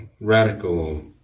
radical